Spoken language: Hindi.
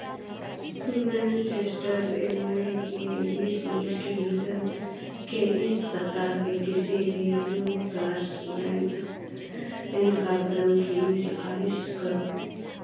मैनचेस्टर एम ए के बीस मील के भीतर के इस सप्ताह के किसी भी ब्लू ग्रास ब्रैंड एंड कार्यक्रम की सिफ़ारिश करो